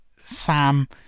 Sam